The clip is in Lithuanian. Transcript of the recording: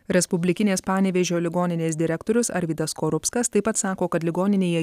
respublikinės panevėžio ligoninės direktorius arvydas skorupskas taip pat sako kad ligoninėje